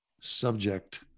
subject